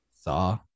saw